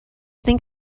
think